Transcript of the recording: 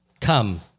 Come